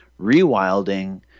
rewilding